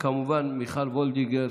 וכמובן מיכל וולדיגר,